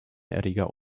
erreger